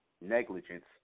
negligence